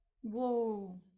whoa